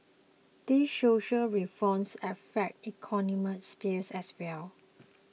these social reforms affect economic sphere as well